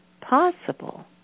possible